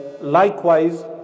Likewise